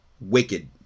wicked